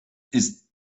ist